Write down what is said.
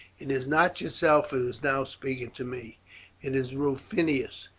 it is not yourself who is now speaking to me it is rufinus,